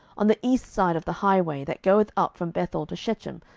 on the east side of the highway that goeth up from bethel to shechem,